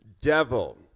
devil